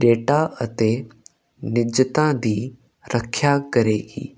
data ਅਤੇ ਨਿੱਜਤਾਂ ਦੀ ਰੱਖਿਆ ਕਰੇਗੀ